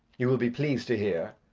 you will be pleased to hear,